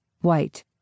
white